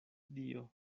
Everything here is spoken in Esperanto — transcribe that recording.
dio